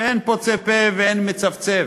ואין פוצה פה ואין מצפצף.